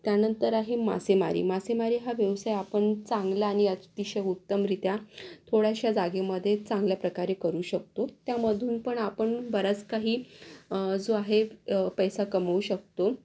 त्यानंतर आहे मासेमारी मासेमारी हा व्यवसाय आपण चांगला आणि अतिशय उत्तमरीत्या थोडयाशा जागेमध्ये चांगल्या प्रकारे करू शकतो त्यामधून पण आपण बराच काही जो आहे पैसा कमवू शकतो